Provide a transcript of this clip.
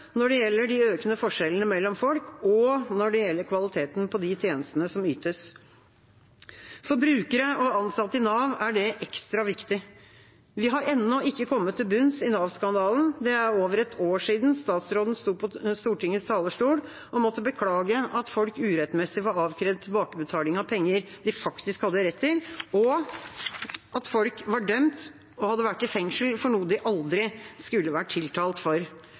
når det gjelder de økende forskjellene mellom folk, og når det gjelder kvaliteten på de tjenestene som ytes. For brukere og ansatte i Nav er det ekstra viktig. Vi har ennå ikke kommet til bunns i Nav-skandalen. Det er over et år siden statsråden sto på Stortingets talerstol og måtte beklage at folk urettmessig var avkrevd tilbakebetaling av penger de faktisk hadde rett til, og at folk var dømt og hadde vært i fengsel for noe de aldri skulle vært tiltalt for.